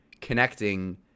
connecting